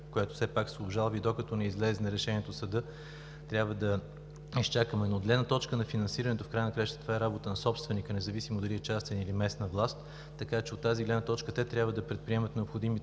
която все пак се обжалва, и докато не излезе решението на съда, трябва да изчакаме. Но от гледна точка на финансирането в края на краищата това е работа на собственика, независимо дали е частен, или местна власт, така че от тази гледна точка те трябва да предприемат необходимите